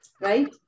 right